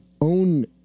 own